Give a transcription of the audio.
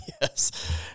Yes